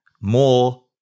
more